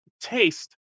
taste